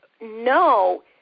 no